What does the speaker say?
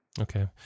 okay